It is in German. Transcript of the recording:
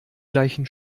gleichen